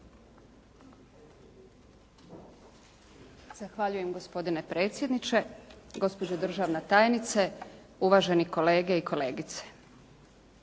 Zahvaljujem gospodine predsjedniče. Gospođo državna tajnice, uvaženi kolege i kolegice.